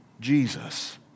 Jesus